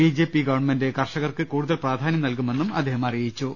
B J P government കർഷകർക്ക് കൂടുതൽ പ്രാധാന്യം നൽകുമെന്നും അദ്ദേഹം അറിയിച്ചു